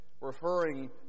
referring